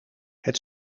het